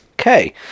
Okay